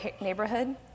neighborhood